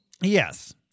Yes